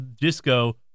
disco